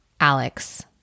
Alex